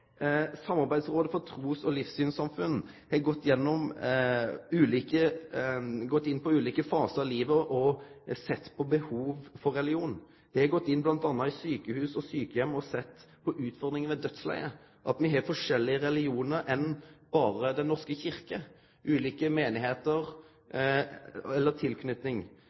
Samarbeidsrådet for tros- og livssynssamfunn har gått inn på ulike fasar av livet og sett på behovet for religion. Dei har bl.a. gått inn på sjukehus og sjukeheimar og sett på utfordringane ved dødsleiet. Me har forskjellige religionar enn berre Den norske kyrkjas, som ulike trussamfunn eller